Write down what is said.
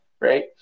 right